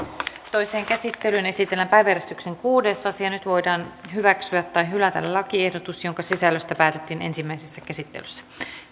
toiseen käsittelyyn esitellään päiväjärjestyksen kuudes asia nyt voidaan hyväksyä tai hylätä lakiehdotus jonka sisällöstä päätettiin ensimmäisessä käsittelyssä